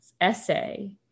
essay